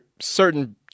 certain